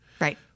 Right